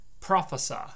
prophesy